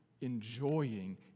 enjoying